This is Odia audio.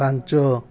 ପାଞ୍ଚ